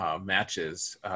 matches